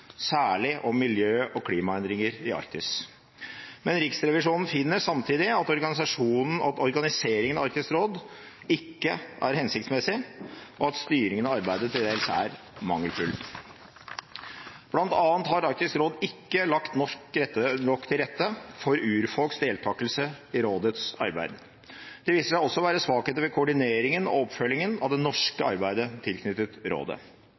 særlig om miljø- og klimaendringer i Arktis. Men Riksrevisjonen finner samtidig at organiseringen av Arktisk råd ikke er hensiktsmessig, og at styringen av arbeidet til dels er mangelfull. Blant annet har Arktisk råd ikke lagt nok til rette for urfolks deltakelse i rådets arbeid. Det viser seg også å være svakheter ved koordineringen og oppfølgingen av det norske arbeidet knyttet til rådet.